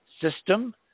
system